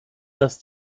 das